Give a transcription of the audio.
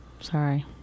Sorry